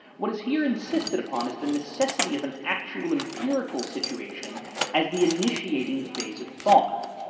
what is here insisted upon is the necessity of an actual empirical situation as the initiating phase of thought.